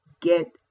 get